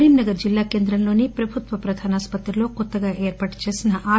కరీంనగర్ జిల్లా కేంద్రంలోని ప్రభుత్వ ప్రధాన ఆసుపత్రిలో కొత్తగా ఏర్పాటు చేసిన ఆర్